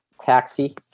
taxi